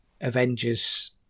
Avengers